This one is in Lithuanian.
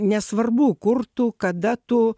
nesvarbu kur tu kada tu